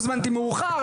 הוזמנתי מאוחר,